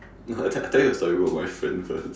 I tell I tell you about my friend first